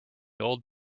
old